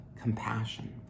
compassion